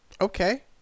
Okay